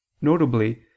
notably